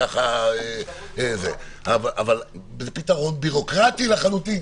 זה פתרון בירוקרטי לחלוטין,